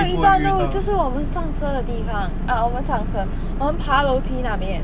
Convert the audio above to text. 没有一段路就是我们上车的地方 uh 我们上车我们爬楼梯的那边